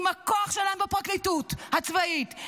עם הכוח שלהם בפרקליטות הצבאית,